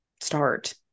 start